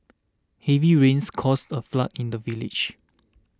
heavy rains caused a flood in the village